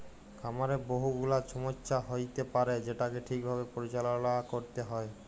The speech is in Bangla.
খামারে বহু গুলা ছমস্যা হ্য়য়তে পারে যেটাকে ঠিক ভাবে পরিচাললা ক্যরতে হ্যয়